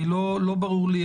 לא ברור לי,